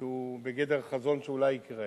שהוא בגדר חזון שאולי יקרה.